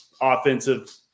offensive